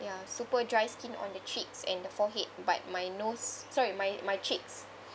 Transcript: ya super dry skin on the cheeks and the forehead but my nose sorry my my cheeks